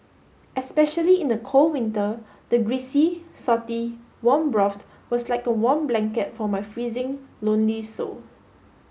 especially in the cold winter the greasy salty warm broth was like a warm blanket for my freezing lonely soul